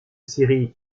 syrie